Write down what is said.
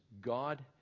God